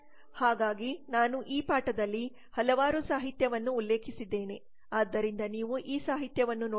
ಹಾಗಾಗಿ ನಾನು ಪಾಠದಲ್ಲಿ ಹಲವಾರು ಸಾಹಿತ್ಯವನ್ನು ಉಲ್ಲೇಖಿಸಿದ್ದೇನೆ ಆದ್ದರಿಂದ ನೀವು ಈ ಸಾಹಿತ್ಯವನ್ನು ನೋಡಬಹುದು